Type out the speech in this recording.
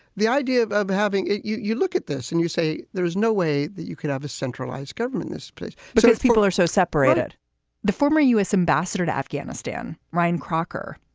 the idea of of having you you look at this and you say there is no way that you can have a centralized government, this place and its people are so separated the former u s. ambassador to afghanistan, ryan crocker,